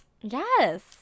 yes